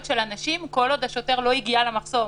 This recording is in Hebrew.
של אנשים כל עוד השוטר לא הגיע למחסום.